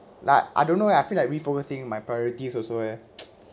like I don't know eh I feel like refocusing my priorities also eh